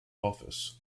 office